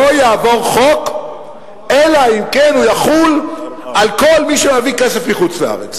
לא יעבור חוק אלא אם כן הוא יחול על כל מי שמביא כסף מחוץ-לארץ.